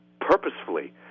purposefully